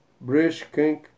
British